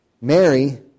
Mary